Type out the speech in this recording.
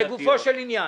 בבקשה, לגופו של עניין.